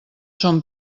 són